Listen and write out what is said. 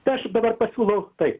tai aš jum dabar pasiūlau taip